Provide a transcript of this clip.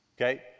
Okay